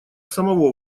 самого